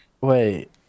Wait